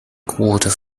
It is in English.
quarter